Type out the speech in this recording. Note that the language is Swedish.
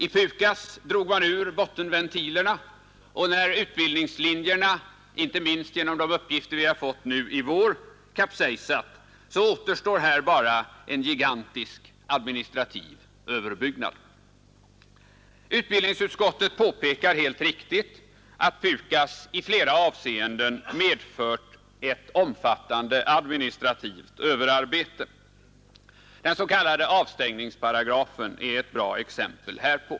I PUKAS drog man ur bottenventilerna, och när utbildningslinjerna — inte minst genom de uppgifter vi har fått nu i vår — kapsejsat, så återstår här bara en gigantisk administrativ överbyggnad. Utbildningsutskottet påpekar helt riktigt att PUKAS i flera avseenden medfört ett omfattande administrativt överarbete. Den s.k. avstängningsparagrafen är ett bra exempel härpå.